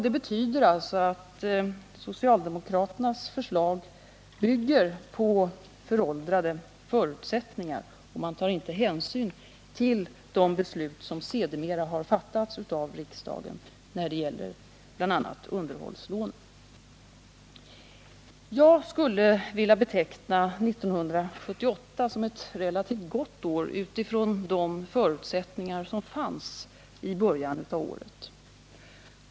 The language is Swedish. Det betyder alltså att socialdemokraternas förslag bygger på föråldrade förutsättningar — man tar inte hänsyn till de beslut som sedermera har fattats av riksdagen när det gäller bl.a. underhållslånen. Jag skulle vilja beteckna 1978 som ett relativt gott år utifrån de förutsättningar som fanns i början av året.